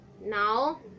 Now